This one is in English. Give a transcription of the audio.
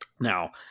Now